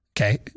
okay